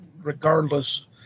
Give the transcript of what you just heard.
regardless